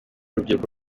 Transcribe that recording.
urubyiruko